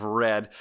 red